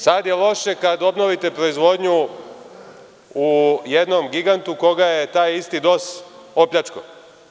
Sada je loše kada obnovite proizvodnju u jednom gigantu koga je taj isti DOS opljačkao.